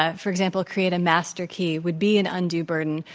ah for example, create a master key, would be an undue burden.